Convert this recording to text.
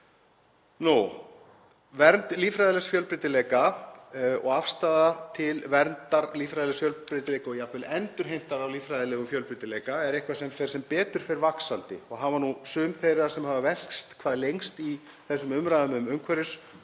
Vernd líffræðilegs fjölbreytileika og afstaða til verndar líffræðilegs fjölbreytileika og jafnvel endurheimtar á líffræðilegum fjölbreytileika er eitthvað sem fer sem betur fer vaxandi og hafa sum þeirra sem hafa velkst hvað lengst í þessum umræðum um umhverfismál,